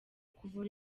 kuvura